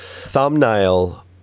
thumbnail